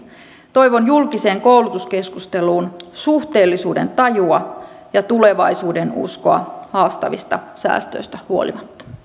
toivon julkiseen koulutuskeskusteluun suhteellisuudentajua ja tulevaisuudenuskoa haastavista säästöistä huolimatta